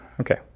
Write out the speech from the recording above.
Okay